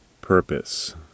purpose